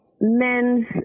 Men's